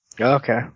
Okay